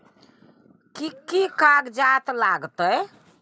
कि कि कागजात लागतै?